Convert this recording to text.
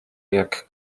jak